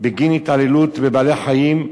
בגין התעללות בבעלי-חיים.